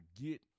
get